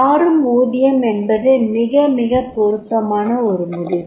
மாறும் ஊதியம் என்பது மிக மிகப் பொருத்தமான ஒரு முடிவு